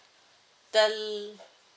the l~